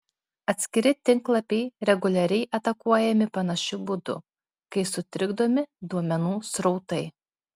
atskiri tinklapiai reguliariai atakuojami panašiu būdu kai sutrikdomi duomenų srautai